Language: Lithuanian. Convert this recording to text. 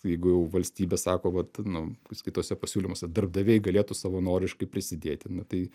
jeigu jau valstybė sako vat nu kituose pasiūlymuose darbdaviai galėtų savanoriškai prisidėti na tai